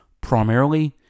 Primarily